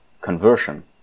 conversion